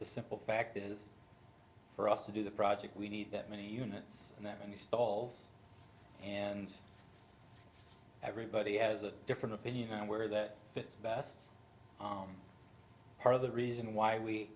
the simple fact is for us to do the project we need that many units that are in the stalls and everybody has a different opinion on where that fits best part of the reason why we